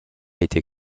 été